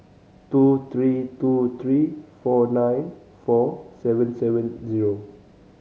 two three two three four nine four seven seven zero